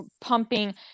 pumping